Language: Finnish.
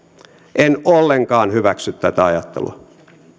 en ollenkaan hyväksy tätä ajattelua